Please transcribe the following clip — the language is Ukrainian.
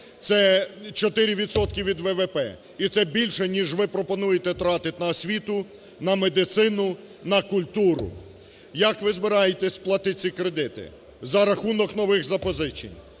від ВВП і це більше, ніж ви пропонуєте тратити на освіту, на медицину, на культуру. Як ви збираєтесь платити ці кредити? За рахунок нових запозичень.